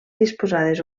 disposades